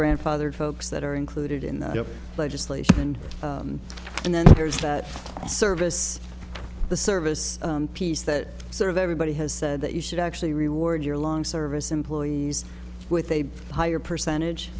grandfathered folks that are included in the legislation and then there's that service the service piece that sort of everybody has said that you should actually reward your long service employees with a higher percentage